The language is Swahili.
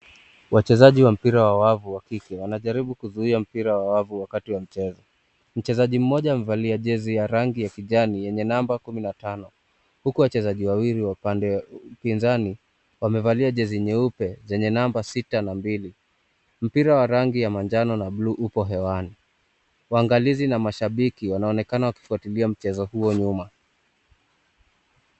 Wachezaji wa mpira wa wavu wa kike wanajaribu kuzuia mpira wa wavu wakati wa mchezo. Mchezaji mmoja amevalia jezi ya rangi ya kijani yenye namba kumi na tano huku wachezaji wawili wa pande ya upinzani wamevalia jezi nyeupe zenye namba sita na mbili. Mpira wa rangi ya manjano na buluu uko hewani waangalizi na mashabiki wanaonekana wakifuatilia mchezo huo nyuma.